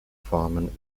formen